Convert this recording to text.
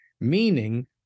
meaning